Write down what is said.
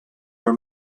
are